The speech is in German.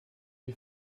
die